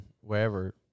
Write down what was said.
wherever